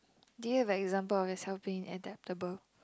do you have a example of yourself being adaptable